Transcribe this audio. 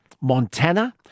Montana